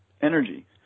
energy